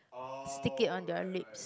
stick it on their lips